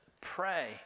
pray